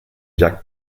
jack